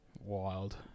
Wild